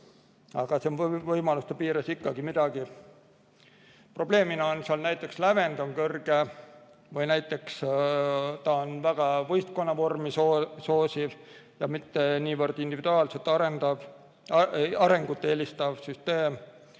Aga see on võimaluste piires ikkagi midagi. Probleemina seal näiteks lävend on kõrge ja ta on väga võistkonnavormi soosiv, mitte niivõrd individuaalset arengut toetav süsteem.